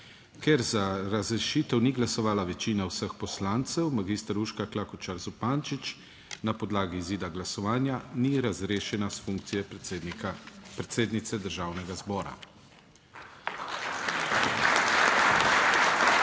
Ker za razrešitev ni glasovala večina vseh poslancev, magister Urška Klakočar Zupančič na podlagi izida glasovanja ni razrešena s funkcije predsednika, predsednice Državnega zbora.